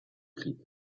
krieg